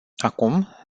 acum